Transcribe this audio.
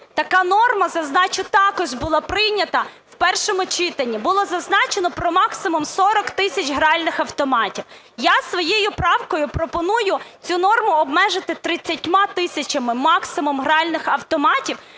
Така норма, зазначу, також була прийнята в першому читанні. Було зазначено про, максимум, 40 тисяч гральних автоматів. Я своєю правкою пропоную цю норму обмежити 30 тисячами, максимум, гральних автоматів.